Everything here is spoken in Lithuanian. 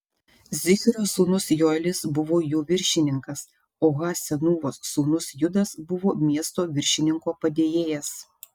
zichrio sūnus joelis buvo jų viršininkas o ha senūvos sūnus judas buvo miesto viršininko padėjėjas